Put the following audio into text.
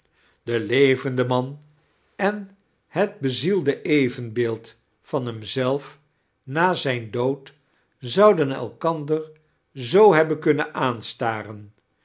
de levende man en het bezielde evenbeeld van hem zelf na zijn dood ziouden elkander zoo hebben kunnen aanstaren